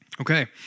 Okay